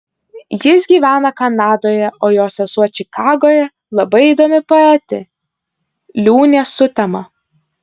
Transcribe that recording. jis gyvena kanadoje o jo sesuo čikagoje labai įdomi poetė liūnė sutema